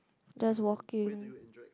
just walking